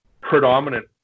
predominant